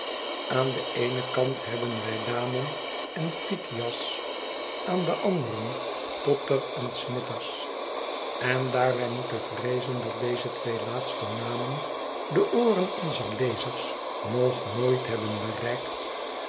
aan den eenen kant hebben wij damon en pythias aan den anderen potter en smithers en daar wij moeten vreezen dat deze twee laatste namen de ooren onzer lezers nog nooit hebben bereikt